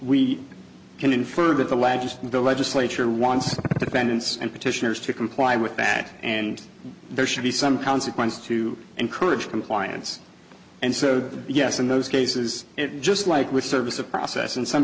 the lad just the legislature wants the penance and petitioners to comply with that and there should be some consequence to encourage compliance and so yes in those cases it just like with service of process in some